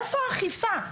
איפה האכיפה?